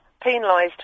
penalised